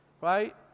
Right